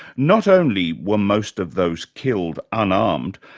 not only were most of those killed unarmed,